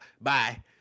Bye